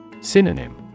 Synonym